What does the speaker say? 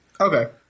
Okay